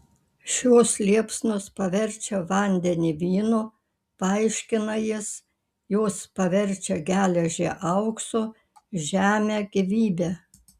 šios liepsnos paverčia vandenį vynu paaiškina jis jos paverčia geležį auksu žemę gyvybe